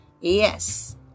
Yes